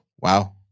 Wow